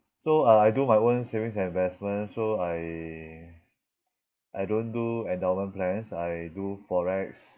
so uh I do my own savings and investments so I I don't do endowment plans I do FOREX